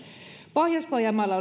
pohjois pohjanmaalla